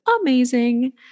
amazing